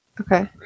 Okay